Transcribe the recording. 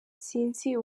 sinzi